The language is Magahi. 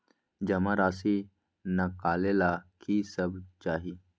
जमा राशि नकालेला कि सब चाहि?